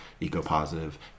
eco-positive